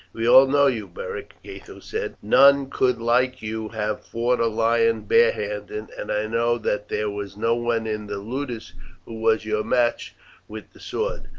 we all know you, beric, gatho said. none could like you have fought a lion barehanded, and i know that there was no one in the ludus who was your match with the sword,